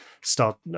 start